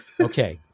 Okay